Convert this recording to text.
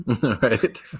right